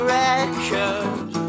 record